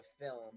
film